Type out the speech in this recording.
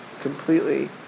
completely